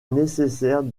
nécessaire